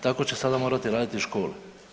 Tako će sada morati raditi i škole.